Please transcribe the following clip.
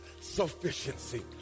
Sufficiency